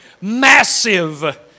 Massive